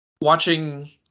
watching